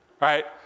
right